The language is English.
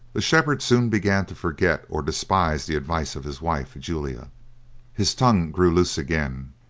the shepherd soon began to forget or despise the advice of his wife, julia his tongue grew loose again,